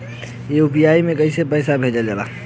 UPI से कइसे पैसा भेजल जाला?